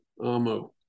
Amo